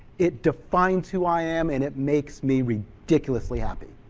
it defines who i am and it makes me ridiculously happy.